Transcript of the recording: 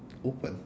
open